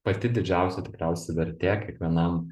pati didžiausia tikriausia vertė kiekvienam